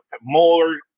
more